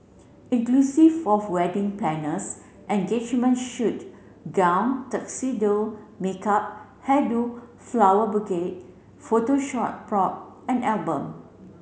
inclusive of wedding planners engagement shoot gown tuxedo makeup hair do flower bouquet photo shot prop and album